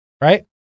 right